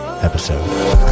episode